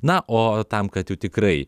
na o tam kad jau tikrai